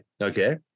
Okay